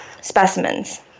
specimens